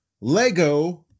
Lego